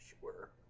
Sure